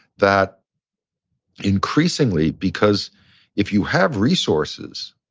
that increasingly because if you have resources,